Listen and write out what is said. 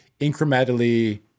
incrementally